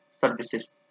services